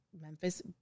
Memphis